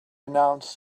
announced